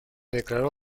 declaró